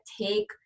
take